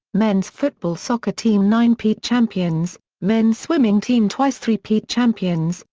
men's football soccer team nine peat champions, men's swimming team twice three peat champions,